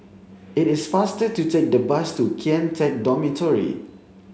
it is faster to take the bus to Kian Teck Dormitory